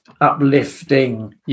uplifting